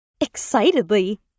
Excitedly